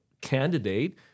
candidate